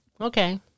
Okay